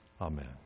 Amen